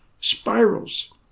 spirals